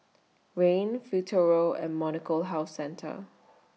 Rene Futuro and Molnylcke Health Centre